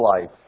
life